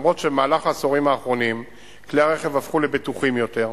למרות שבמהלך העשורים האחרונים כלי הרכב הפכו לבטוחים יותר,